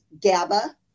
GABA